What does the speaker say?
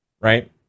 right